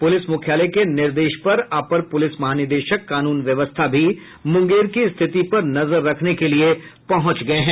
police मुख्यालय के निर्देश पर अपर पुलिस महानिदेशक कानून व्यवस्था भी मुंगेर की स्थिति पर नजर रखने के लिये पहुंच गये हैं